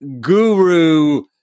guru